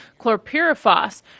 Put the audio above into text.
chlorpyrifos